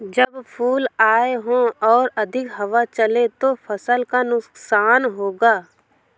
जब फूल आए हों और अधिक हवा चले तो फसल को नुकसान होगा?